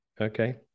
Okay